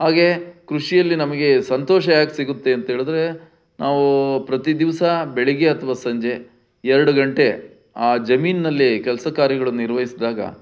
ಹಾಗೇ ಕೃಷಿಯಲ್ಲಿ ನಮಗೆ ಸಂತೋಷ ಯಾಕೆ ಸಿಗುತ್ತೆ ಅಂತೇಳಿದರೆ ನಾವು ಪ್ರತಿ ದಿವಸ ಬೆಳಿಗ್ಗೆ ಅಥವಾ ಸಂಜೆ ಎರಡು ಗಂಟೆ ಆ ಜಮೀನಿನಲ್ಲಿ ಕೆಲಸ ಕಾರ್ಯಗಳನ್ನು ನಿರ್ವಹಿಸಿದಾಗ